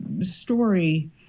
story